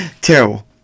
Terrible